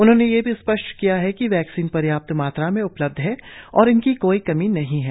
उन्होंने यह भी स्पष्ट किया कि वैक्सीन पर्याप्त मात्रा में उपलब्ध है और इनकी कोई कमी नहीं है